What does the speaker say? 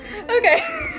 Okay